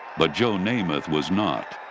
but joe namath was not.